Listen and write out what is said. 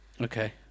Okay